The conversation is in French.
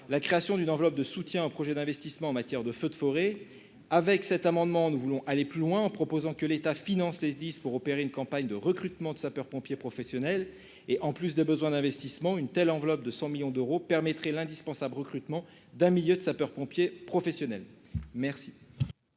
la création d'une enveloppe de soutien aux projets d'investissement en matière de feux de forêt. Les auteurs de cet amendement veulent aller plus loin en proposant que l'État finance les SDIS pour opérer une campagne de recrutement de sapeurs-pompiers professionnels. En plus des besoins d'investissement, une telle enveloppe de 100 millions d'euros permettrait l'indispensable recrutement d'un millier de sapeurs-pompiers professionnels. Quel